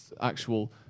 actual